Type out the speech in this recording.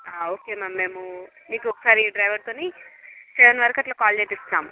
okay ma'am మేము మీకు ఒక్కసారి డ్రైవర్ తోని సెవెన్ వరకు అట్ల కాల్ చేపిస్తాము